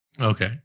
Okay